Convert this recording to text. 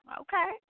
Okay